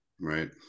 Right